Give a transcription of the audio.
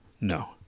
no